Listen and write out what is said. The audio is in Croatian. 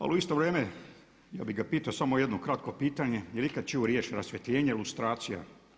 Ali u isto vrijeme ja bih ga pitao samo jedno kratko pitanje, je li ikad čuo riječ rasvjetljenje, lustracija?